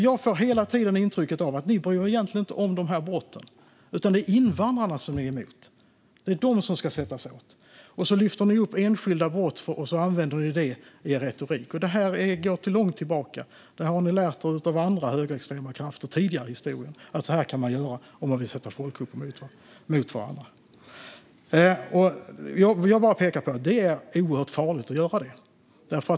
Jag får hela tiden intrycket att ni egentligen inte bryr er om de här brotten utan att det är invandrarna som ni är emot. Det är de som ska sättas åt, och så lyfter ni upp enskilda brott och använder dem i er retorik. Detta går långt tillbaka. Ni har lärt er av andra högerextrema krafter tidigare i historien att så här kan man göra om man vill sätta folkgrupper mot varandra. Jag vill peka på att det är oerhört farligt att göra det.